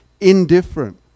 indifferent